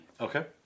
Okay